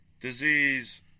Disease